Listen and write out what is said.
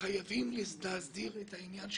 חייבים להסדיר את עניין המכינות.